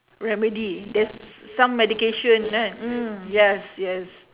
remedy there's some medication ah mm yes yes